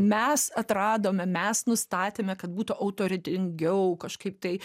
mes atradome mes nustatėme kad būtų autoritetingiau kažkaip tai